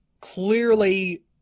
clearly